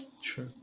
Sure